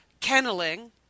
kenneling